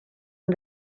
and